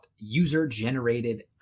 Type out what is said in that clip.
User-generated